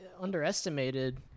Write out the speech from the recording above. underestimated